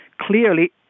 clearly